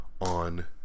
on